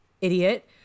Idiot